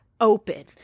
open